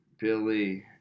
Billy